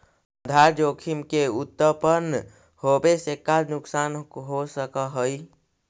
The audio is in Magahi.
आधार जोखिम के उत्तपन होवे से का नुकसान हो सकऽ हई?